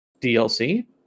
DLC